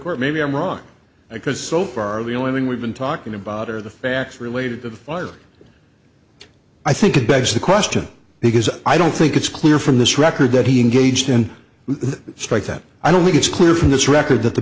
court maybe i'm wrong because so far the only thing we've been talking about are the facts related to the fire i think it begs the question because i don't think it's clear from this record that he engaged in this strike that i don't think it's clear from this record that the